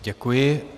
Děkuji.